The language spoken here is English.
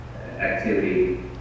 activity